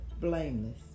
blameless